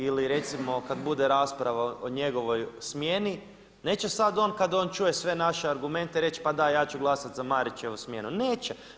Ili recimo kada bude rasprava o njegovoj smjeni, neće sad on kada on čuje sve naše argumente reći, pa da, ja ću glasati za Marićevu smjenu, neće.